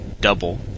double